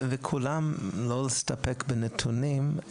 וכולם לא להסתפק בנתונים,